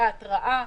ההתראה,